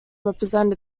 represent